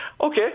Okay